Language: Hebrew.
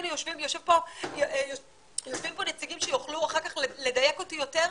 יושבים פה נציגים שיוכלו אחר כך לדייק אותי יותר,